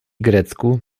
grecku